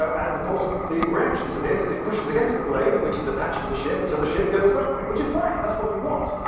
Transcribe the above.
so and of course the reaction to this is it pushes against the blade, which is attached to the ship, and so the ship goes that way. which is fine, that's what you want.